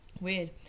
weird